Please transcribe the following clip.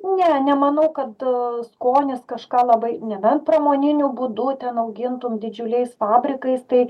ne nemanau kad skonis kažką labai nebent pramoniniu būdu ten augintum didžiuliais fabrikais tai